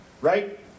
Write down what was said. right